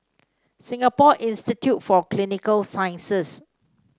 Singapore Institute for Clinical Sciences